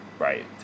Right